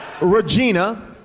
Regina